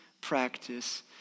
practice